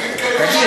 תגיד.